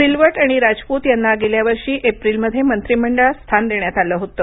सिलवत आणि राजपूत यांना गेल्यावर्षी एप्रिलमध्ये मंत्रिमंडळात स्थान देण्यात आलं होतं